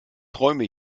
träume